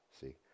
see